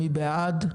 מי בעד?